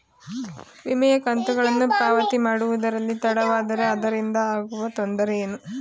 ವಿಮೆಯ ಕಂತುಗಳನ್ನು ಪಾವತಿ ಮಾಡುವುದರಲ್ಲಿ ತಡವಾದರೆ ಅದರಿಂದ ಆಗುವ ತೊಂದರೆ ಏನು?